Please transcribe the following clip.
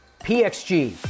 PXG